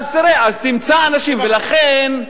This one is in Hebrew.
לכן, אני